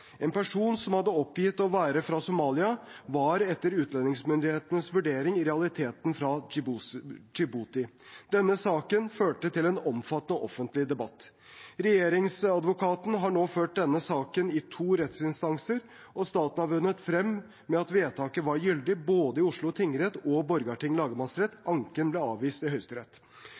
En person som hadde oppgitt å være fra Somalia, var etter utlendingsmyndighetenes vurdering i realiteten fra Djibouti. Denne saken førte til en omfattende offentlig debatt. Regjeringsadvokaten har nå ført denne saken i to rettsinstanser, og staten har vunnet frem med at vedtaket var gyldig både i Oslo tingrett og i Borgarting lagmannsrett. Anken ble avvist i Høyesterett.